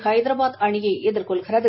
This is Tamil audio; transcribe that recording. ஹைதராபாத் அணியை எதிர்கொள்கிறது